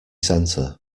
centre